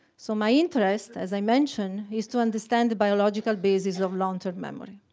so my interest as i mentioned is to understand the biological basis of long-term memory.